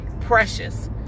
precious